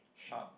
sharp